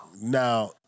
Now